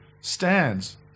stands